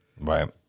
Right